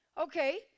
Okay